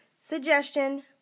suggestion